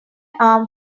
arm